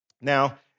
Now